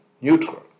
neutral